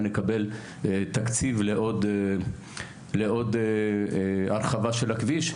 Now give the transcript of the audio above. ונקבל תקציב לעוד הרחבה של הכביש.